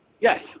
Yes